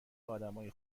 آدمای